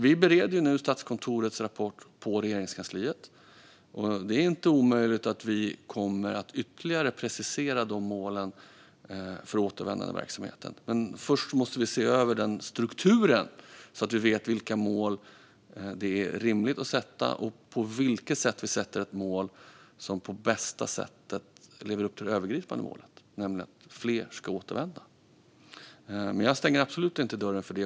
Vi bereder nu Statskontorets rapport på Regeringskansliet. Det är inte omöjligt att vi kommer att ytterligare precisera målen för återvändandeverksamheten, men först måste vi se över den strukturen, så att vi vet vilka mål det är rimligt att sätta och på vilket sätt vi sätter ett mål som bäst lever upp till det övergripande målet, nämligen att fler ska återvända. Jag stänger absolut inte dörren för det.